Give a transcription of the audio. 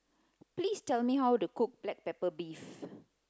please tell me how to cook black pepper beef